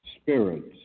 spirits